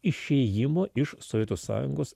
išėjimo iš sovietų sąjungos